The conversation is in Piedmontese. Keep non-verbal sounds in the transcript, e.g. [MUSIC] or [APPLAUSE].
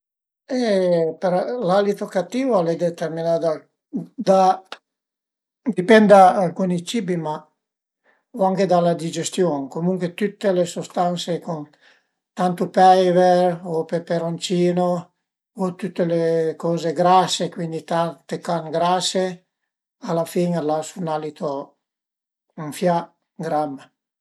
[HESITATION] L'alito cattivo al e determinà da a dipend da alcuni cibi ma o anche da la digestiun, comuncue tüte le sustanse cun tantu peiver o peperoncino o tüte le coze grase cuindi tante carn grase a la fin a lasu ën alito, ën fià gram